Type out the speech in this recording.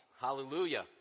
Hallelujah